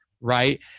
right